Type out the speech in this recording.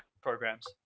programs